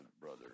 brother